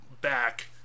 back